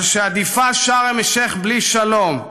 על שעדיפה שארם א-שיח בלי שלום,